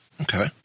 Okay